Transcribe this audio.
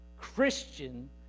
Christian